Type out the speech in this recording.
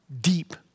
deep